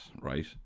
right